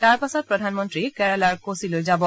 তাৰ পাছত প্ৰধানমন্ত্ৰী কেৰালাৰ কোচীলৈ যাব